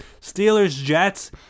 Steelers-Jets